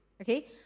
Okay